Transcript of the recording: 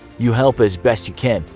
you help as best you can,